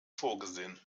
vorgesehen